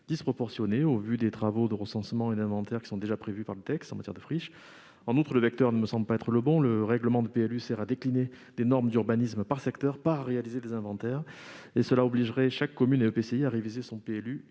disproportionnée au vu des travaux de recensement déjà prévus par le texte en matière de friches. Par ailleurs, cela ne me semble pas être le bon vecteur. Le règlement de PLU sert à décliner des normes d'urbanisme par secteur, et non à réaliser des inventaires. Cela obligerait chaque commune et EPCI à réviser son